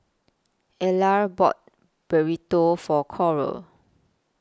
Ellar bought Burrito For Coral